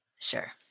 Sure